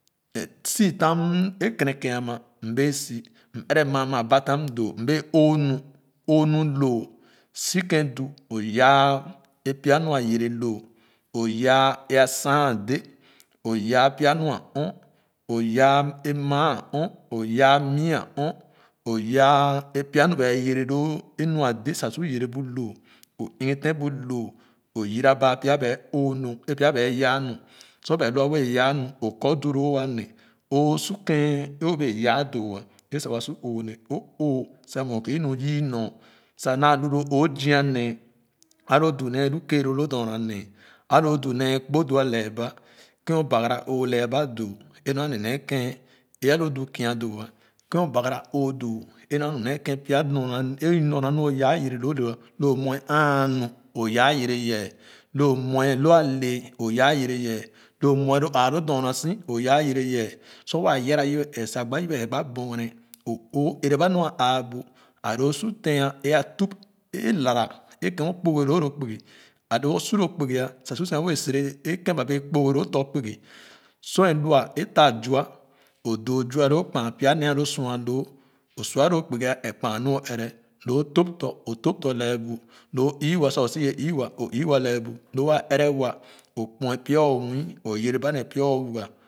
But si ta mmé kenekèn ama m bee si m ɛrɛ maa maa ba tom o doo m bee oo nu oo nu loo si kèn du o gaa é pya nu a yɛrɛ loo si kèn du yaa é pya nu a yere loo o yaa a san a dé o yaa pya nu a ɔn o yaa maa a ɔn o yaa é pya nu ba wɛɛ yɛrɛ loo é nua dé sa sor yɛrɛ bu loo o ɛgih tin bu loo o yira baa pya ba oo nu é pya bɛɛ yaa nu sor ba wa nee oo su kèn o bɛa yaa doo ah é sa wa su loo le o oo sa mue kɔ inu yii nor sa naa lu o zii nee a lo du nee lu ké loo lo dorna nee a loo du nee kpo du a lɛɛ ba kèn o bagara oo lɛ ah ba doo é nu ale nee kèn a lu du kia doo ah kèn nor na e nor naa yaa yɛrɛ loo doo lo o muɛ aa nu o yaa yɛrɛ yɛ o mue lo a le o yaa yɛrɛ ye loo o mue lo aa loo dorna si yaa yɛrɛ ye sor waa yɛbɛ ɛɛ sa gba yebe ɛɛ gba borgene o oo ɛrɛ ba nwe aa bu o su tee é a tup é lala é kèn o kpuugeh loo lo kpugi ale o su loo kpugi ah sa su sia wɛɛ serɛ é kèn ba wɛɛ kumgeh loo tɔ kpugi sor é lua a ta zua o doo zua loo kpan pya nee a lo sua loo o su a loo kpugi ɛp kpan nu o ɛrɛ lo o tup tɔ o tup tɔ lee bu lo ii-wa sa o sia ii-wa o ii-wa lɛɛ bu lo waa ɛrɛ wa o kpoa pya o nwii o yɛrɛ ba ne pya owuga.